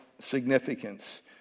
significance